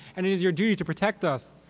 and it is your duty to protect us.